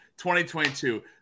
2022